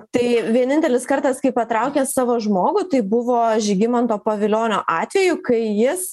tai vienintelis kartas kai patraukia savo žmogų tai buvo žygimanto pavilionio atveju kai jis